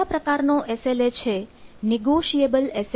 બીજા પ્રકારનો S L A છે નેગોશિયેબલ એસ